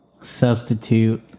substitute